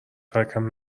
ترکم